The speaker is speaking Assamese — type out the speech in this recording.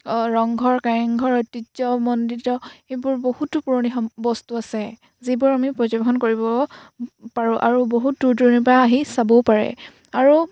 ৰংঘৰ কাৰেংঘৰ ঐতিহ্যমণ্ডিত সেইবোৰ বহুতো পুৰণি সাম বস্তু আছে যিবোৰৰ আমি পৰ্যবেক্ষণ কৰিব পাৰোঁ আৰু বহুত দূৰ দূৰণিৰ পৰা আহি চাবও পাৰে আৰু